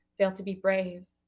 fail to be brave,